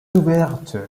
ouverte